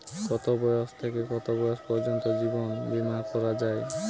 কতো বয়স থেকে কত বয়স পর্যন্ত জীবন বিমা করা যায়?